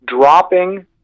dropping